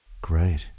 Great